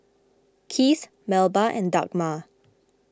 Keith Melba and Dagmar